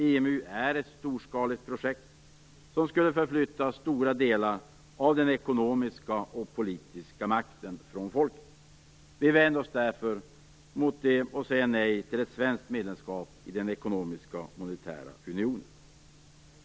EMU är ett storskaligt projekt som skulle flytta stora delar av den ekonomiska och politiska makten från folket. Vi vänder oss därför mot detta och säger nej till ett svenskt medlemskap i den ekonomiska och monetära unionen.